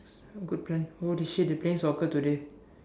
good plan holy shit they playing soccer today